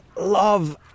love